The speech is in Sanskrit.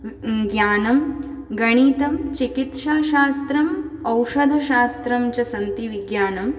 ज्ञानं गणितं चिकित्साशास्त्रम् औषधशास्त्रं च सन्ति विज्ञानं